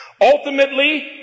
Ultimately